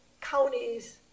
counties